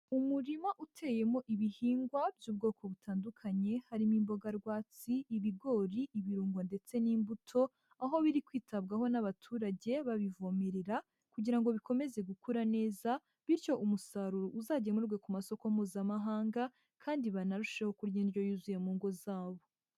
Umurima uteyemo ibihingwa by'ubwoko butandukanye harimo imboga rwatsi, ibigori, ibirungo ndetse n'imbuto, aho biri kwitabwaho n'abaturage babivomerera kugira ngo bikomeze gukura neza, bityo umusaruro uzagemurwe ku masoko mpuzamahanga kandi banarusheho kurya indyo yuzuye mu ngo zabo.